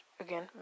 again